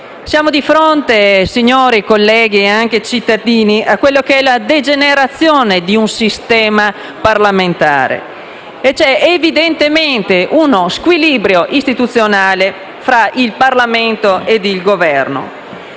Siamo di fronte, signori colleghi e cittadini, alla degenerazione di un sistema parlamentare e c'è evidentemente uno squilibrio istituzionale fra il Parlamento e il Governo,